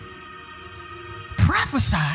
prophesy